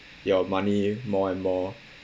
your money more and more